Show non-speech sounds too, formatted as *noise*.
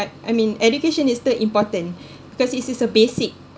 but I mean education is still important *breath* because it is a basic